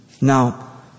Now